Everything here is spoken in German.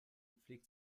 pflegt